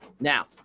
Now